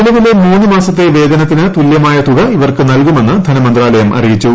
നിലവിലെ മൂന്നു മാസത്തെ വേതനത്തിന് തുല്യമായ ഇവർക്ക് നല്കുമെന്ന് ധനമന്ത്രാലയം അറിയിച്ചു